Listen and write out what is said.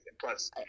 plus